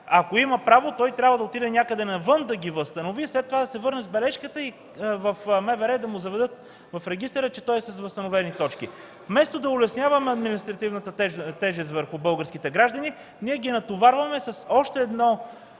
ако има право, трябва да отиде някъде навън да ги възстанови, след това да се върне с бележката и в МВР да му заверят в регистъра, че е с възстановени точки. Вместо да улесняваме административната тежест върху българските граждани, ние ги натоварваме с още едно